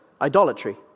idolatry